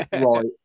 right